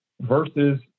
versus